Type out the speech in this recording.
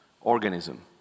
organism